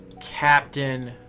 captain